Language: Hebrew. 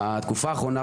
בתקופה האחרונה,